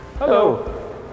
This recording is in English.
Hello